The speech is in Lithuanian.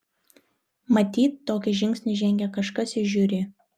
matyt tokį žingsnį žengė kažkas iš žiuri